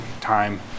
time